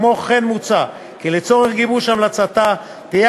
כמו כן מוצע כי לצורך גיבוש המלצתה תהיה